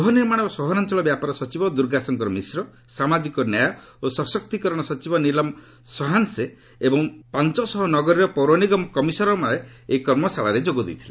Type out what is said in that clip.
ଗୃହ ନିର୍ମାଣ ଓ ସହରାଞ୍ଚଳ ବ୍ୟାପାର ସଚିବ ଦୁର୍ଗାଶଙ୍କର ମିଶ୍ର ସାମାଜିକ ନ୍ୟାୟ ଓ ସଶକ୍ତିକରଣ ସଚିବ ନିଲମ ସହାନ୍ୱେ ଏବଂ ପାଞ୍ଚ ଶହ ନଗରୀର ପୌରନିଗମ କମିଶନରମାନେ ଏହି କର୍ମଶାଳାରେ ଯୋଗ ଦେଇଥିଲେ